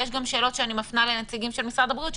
יש גם שאלות שאני מפנה לנציגים של משרד הבריאות,